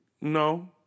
No